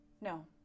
No